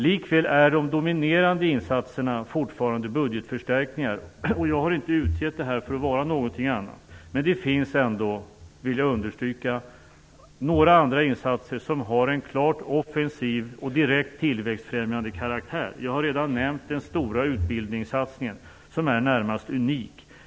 Likväl är de dominerande insatserna fortfarande budgetförstärkningar, och jag har inte utgett dem för att vara någonting annat. Men jag vill understryka att det ändå finns några andra insatser som har en klart offensiv och direkt tillväxtfrämjande karaktär. Jag har redan nämnt den stora utbildningssatsningen, som är i det närmaste unik.